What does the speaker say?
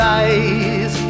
eyes